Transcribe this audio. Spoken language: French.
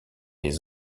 les